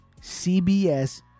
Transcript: CBS